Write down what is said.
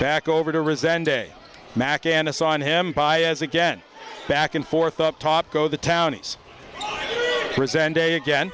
back over to resent de mack and it's on him by as again back and forth up top go the townies present day again